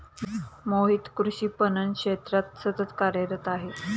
मोहित कृषी पणन क्षेत्रात सतत कार्यरत आहे